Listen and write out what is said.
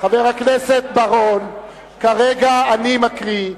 חבר הכנסת בר-און, כרגע אני מקריא.